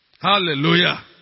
Hallelujah